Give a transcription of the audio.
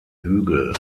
hügel